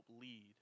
lead